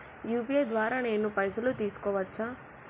UPI ద్వారా నేను పైసలు తీసుకోవచ్చా?